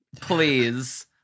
please